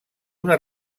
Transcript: una